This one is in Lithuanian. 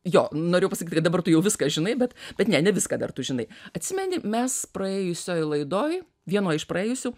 jo norėjau pasakyt kad dabar tu jau viską žinai bet bet ne ne viską dar tu žinai atsimeni mes praėjusioj laidoj vienoj iš praėjusių